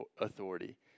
authority